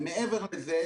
מעבר לזה,